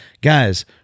Guys